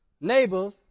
neighbors